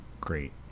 great